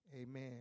Amen